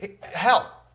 hell